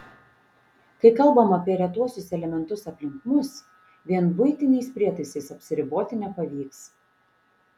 kai kalbama apie retuosius elementus aplink mus vien buitiniais prietaisais apsiriboti nepavyks